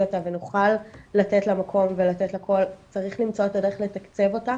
אותה ונוכל לתת לה מקום ולתת לה קול צריך למצוא את הדרך לתקצב אותה